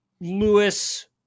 Lewis